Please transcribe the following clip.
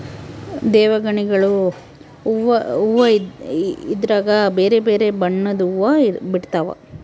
ದೇವಗಣಿಗಲು ಹೂವ್ವ ಇದ್ರಗ ಬೆರೆ ಬೆರೆ ಬಣ್ಣದ್ವು ಹುವ್ವ ಬಿಡ್ತವಾ